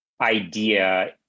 idea